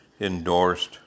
endorsed